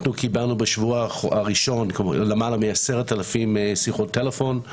קיבלנו בשבוע הראשון למעלה מ-10,000 שיחות טלפון,